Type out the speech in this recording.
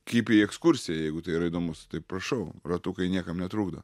kaip į ekskursiją jeigu tai yra įdomus tai prašau ratukai niekam netrukdo